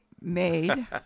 made